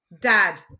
Dad